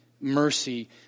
mercy